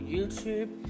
YouTube